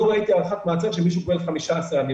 לא ראיתי הארכת מעצר שמישהו קיבל 15 יום.